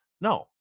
no